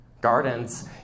Gardens